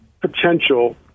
potential